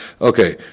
Okay